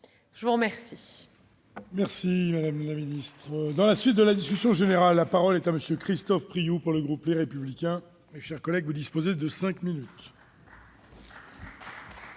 Je vous remercie